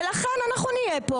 ולכן אנחנו נהיה פה,